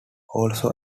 also